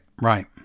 Right